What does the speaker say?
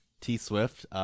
T-Swift